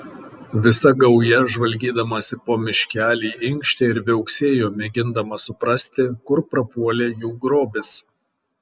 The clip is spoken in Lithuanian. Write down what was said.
visa gauja žvalgydamasi po miškelį inkštė ir viauksėjo mėgindama suprasti kur prapuolė jų grobis